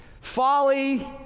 Folly